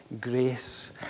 grace